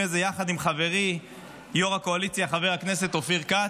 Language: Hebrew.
הזה יחד עם חברי יושב-ראש הקואליציה חבר הכנסת אופיר כץ,